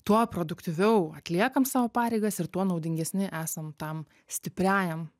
tuo produktyviau atliekam savo pareigas ir tuo naudingesni esam tam stipriajam